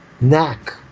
knack